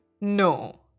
No